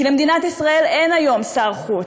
כי למדינת ישראל אין היום שר חוץ.